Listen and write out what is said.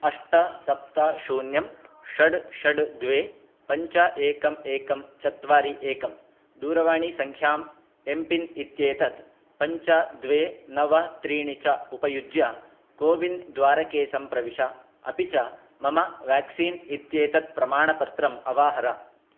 अष्ट सप्त शून्यं षड् षड् द्वे पञ्च एकम् एकं चत्वारि एकं दूरवाणीसङ्ख्याम् एम् पिन् इत्येतत् पञ्च द्वे नव त्रीणि च उपयुज्य कोविन् द्वारके सम्प्रविश अपि च मम व्याक्सीन् इत्येतत् प्रमाणपत्रम् अवाहर